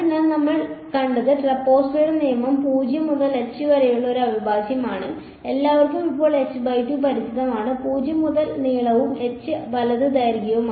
അതിനാൽ നമ്മൾ കണ്ടത് ട്രപസോയ്ഡൽ നിയമം 0 മുതൽ h വരെയുള്ള ഒരു അവിഭാജ്യമാണ് എല്ലാവർക്കും ഇപ്പോൾ പരിചിതമാണ് 0 മുതൽ നീളവും h വലത് ദൈർഘ്യവും